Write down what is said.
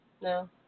No